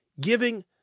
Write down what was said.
giving –